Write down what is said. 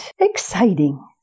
exciting